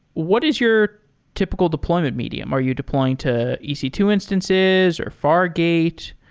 what is your typical deployment medium? are you deploying to e c two instances or fargate?